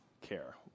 care